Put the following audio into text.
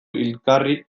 hilgarri